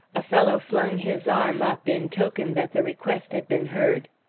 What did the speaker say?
a fellow flung his arm up in token that the request had been heard.